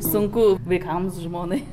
sunku vaikams žmonai